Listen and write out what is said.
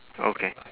okay